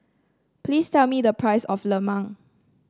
please tell me the price of lemang